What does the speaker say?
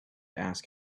ask